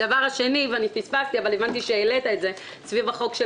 הדבר השני אני פספסתי אבל הבנתי שהעלית את זה נוגע לחוק של